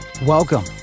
Welcome